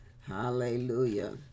Hallelujah